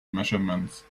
measurements